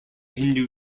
hindu